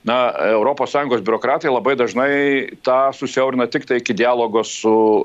na europos sąjungos biurokratai labai dažnai tą susiaurina tiktai iki dialogo su